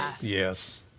Yes